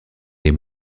les